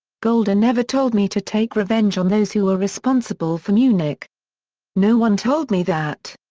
golda never told me to take revenge on those who were responsible for munich no one told me that.